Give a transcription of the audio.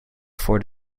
for